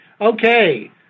Okay